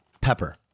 pepper